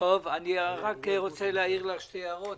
אני רוצה להעיר לך שתי הערות.